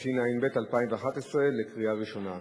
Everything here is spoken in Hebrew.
התשע"ב 2011, לקריאה ראשונה.